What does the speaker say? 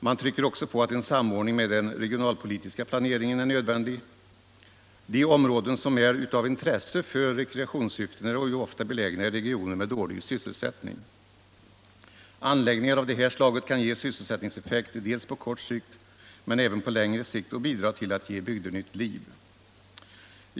Man trycker också på att en samordning med den regionalpolitiska planeringen är nödvändig. De områden som är av intresse för rekreationssyften är ju ofta belägna i regioner med dålig sysselsättning. An läggningar av det här slaget kan ge vissa sysselsättningseffekter på kort sikt men även på längre sikt och bidra till att ge bygder nytt liv.